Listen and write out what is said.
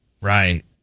Right